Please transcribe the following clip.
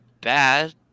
bad